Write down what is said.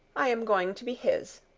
i am going to be his.